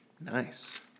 Nice